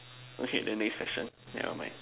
okay then next session never mind